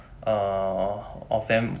err of them